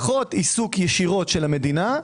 פחות עיסוק ישירות של המדינה,